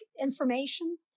information